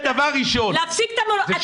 להפסיק את --- נכון.